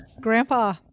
Grandpa